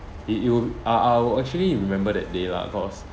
it it I I will actually remember that day lah cause